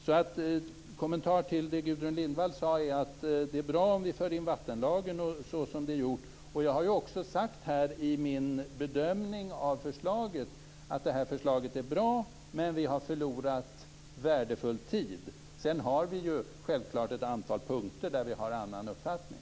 Min kommentar till det som Gudrun Lindvall sade är att det är bra om vattenlagen förs in så som också har gjorts. Jag har också sagt här i min bedömning av förslaget att förslaget är bra, men att vi har förlorat värdefull tid. Sedan finns det självfallet ett antal punkter där vi har en annan uppfattning.